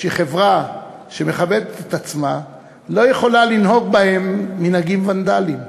שחברה שמכבדת את עצמה לא יכולה לנהוג בהם מנהגים ונדליים.